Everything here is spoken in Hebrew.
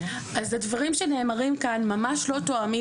אז הדברים שנאמרים כאן ממש לא תואמים